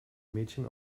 mädchen